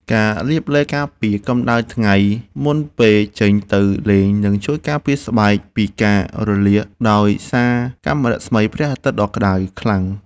ការលាបឡេការពារកម្តៅថ្ងៃមុនពេលចេញទៅលេងនឹងជួយការពារស្បែកពីការរលាកដោយសារកាំរស្មីព្រះអាទិត្យដ៏ក្តៅខ្លាំង។